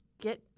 get